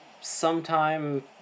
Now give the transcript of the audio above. sometime